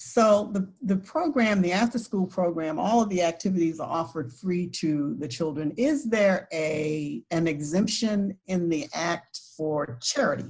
so the the program the afterschool program all the activities offered free to the children is there a an exemption in the sporting charity